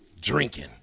Drinking